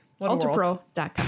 UltraPro.com